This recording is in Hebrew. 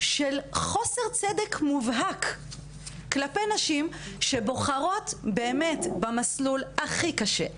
של חוסר צדק מובהק כלפי נשים שבוחרות במסלול הכי קשה,